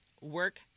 Work